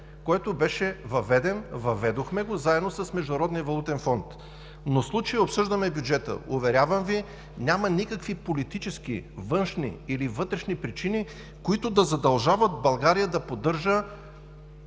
който беше въведен – въведохме го заедно с Международния валутен фонд, но в случая обсъждаме бюджета. Уверявам Ви, няма никакви политически, външни или вътрешни причини, които да задължават България да поддържа